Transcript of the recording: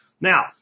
Now